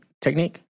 technique